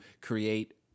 create